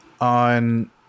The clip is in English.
on